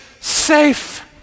safe